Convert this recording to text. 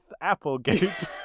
Applegate